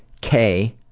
k,